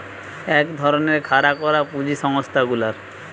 এক ধরণের খাড়া করা পুঁজি সংস্থা গুলার